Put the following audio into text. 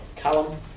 Callum